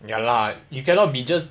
ya lah you cannot be just